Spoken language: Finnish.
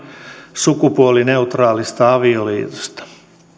sukupuolineutraalista avioliitosta